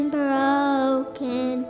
broken